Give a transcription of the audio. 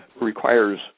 requires